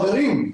חברים,